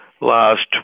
last